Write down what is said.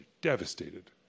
devastated